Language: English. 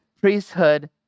priesthood